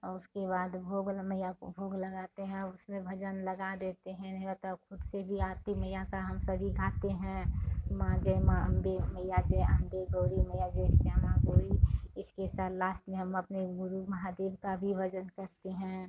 उसके बाद भोगल मईया को भोग लगाते हैं उसमें भजन लगा देते हैं यहाँ तक उससे भी आरती मईया का हम सभी गाते हैं माँ जय माँ अम्बे मईया जय अम्बे गौरी मइया जय श्यामा गौरी इसके लास्ट में हम अपने गुरू महादेव का भी भजन करते हैं